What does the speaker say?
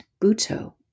Buto